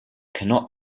cannot